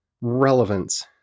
relevance